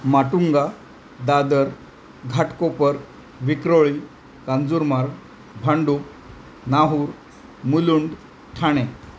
Matunga Dadar Ghatkopar Vikhroli Kanjurmarg Bhandup Nahur Mulund Thane